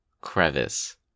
crevice